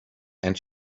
and